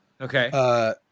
Okay